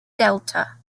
delta